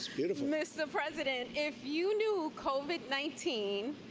beautiful. mr. president, if you knew covid nineteen,